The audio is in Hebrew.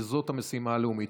זאת המשימה הלאומית.